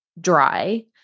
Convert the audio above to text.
dry